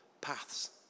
paths